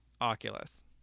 Oculus